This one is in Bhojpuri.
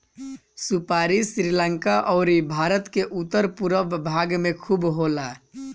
सुपारी श्रीलंका अउरी भारत के उत्तर पूरब भाग में खूब होला